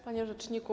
Panie Rzeczniku!